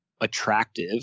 attractive